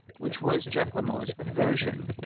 which was jack larmour's aversion,